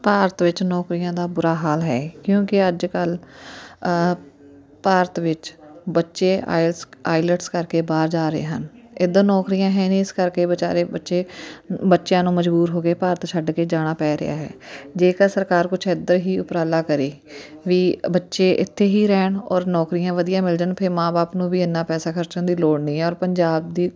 ਭਾਰਤ ਵਿੱਚ ਨੌਕਰੀਆਂ ਦਾ ਬੁਰਾ ਹਾਲ ਹੈ ਕਿਉਂਕਿ ਅੱਜ ਕੱਲ੍ਹ ਭਾਰਤ ਵਿੱਚ ਬੱਚੇ ਆਇਲਸ ਆਈਲੈਟਸ ਕਰਕੇ ਬਾਹਰ ਜਾ ਰਹੇ ਹਨ ਇੱਧਰ ਨੌਕਰੀਆਂ ਹੈ ਨਹੀਂ ਇਸ ਕਰਕੇ ਬਿਚਾਰੇ ਬੱਚੇ ਬੱਚਿਆਂ ਨੂੰ ਮਜਬੂਰ ਹੋ ਕੇ ਭਾਰਤ ਛੱਡ ਕੇ ਜਾਣਾ ਪੈ ਰਿਹਾ ਹੈ ਜੇਕਰ ਸਰਕਾਰ ਕੁਛ ਇੱਧਰ ਹੀ ਉਪਰਾਲਾ ਕਰੇ ਵੀ ਬੱਚੇ ਇੱਥੇ ਹੀ ਰਹਿਣ ਔਰ ਨੌਕਰੀਆਂ ਵਧੀਆ ਮਿਲ ਜਾਣ ਫਿਰ ਮਾਂ ਬਾਪ ਨੂੰ ਵੀ ਇੰਨਾ ਪੈਸਾ ਖਰਚਣ ਦੀ ਲੋੜ ਨਹੀਂ ਹੈ ਔਰ ਪੰਜਾਬ ਦੀ